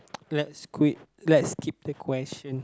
okay let's quit let's skip the question